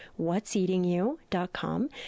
whatseatingyou.com